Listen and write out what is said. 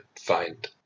find